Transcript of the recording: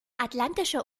atlantische